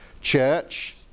church